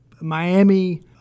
Miami